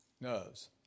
knows